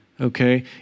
okay